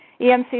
EMC